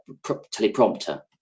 teleprompter